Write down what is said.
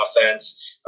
offense